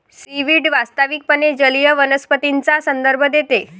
seaweed वास्तविकपणे जलीय वनस्पतींचा संदर्भ देते